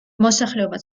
მოსახლეობა